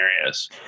areas